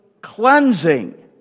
cleansing